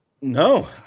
no